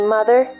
Mother